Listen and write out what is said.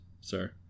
sir